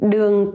Đường